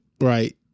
right